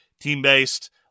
team-based